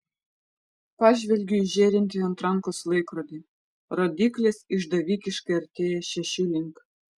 pažvelgiu į žėrintį ant rankos laikrodį rodyklės išdavikiškai artėja šešių link